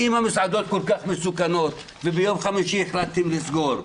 אם המסעדות כל כך מסוכנות וביום חמישי החלטתם לסגור,